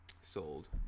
sold